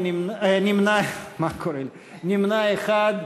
נמנע אחד.